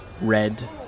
red